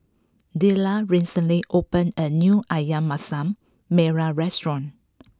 Dellar recently opened a new Ayam Masak Merah restaurant